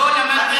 לא למדתי,